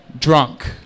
drunk